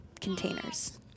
containers